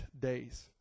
days